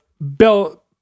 Bell